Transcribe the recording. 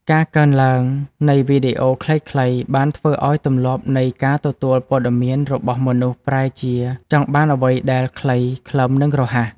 ការកើនឡើងនៃវីដេអូខ្លីៗបានធ្វើឱ្យទម្លាប់នៃការទទួលព័ត៌មានរបស់មនុស្សប្រែជាចង់បានអ្វីដែល ខ្លីខ្លឹម និងរហ័ស។